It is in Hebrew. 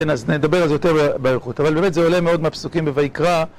כן, אז נדבר על זה יותר באיכות, אבל באמת זה עולה מאוד מהפסוקים ב"ויקרא".